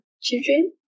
children